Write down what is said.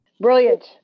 Brilliant